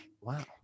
Wow